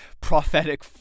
prophetic